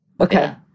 Okay